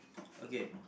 okay